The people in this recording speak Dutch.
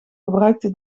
gebruikte